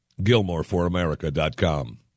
Gilmoreforamerica.com